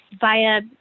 via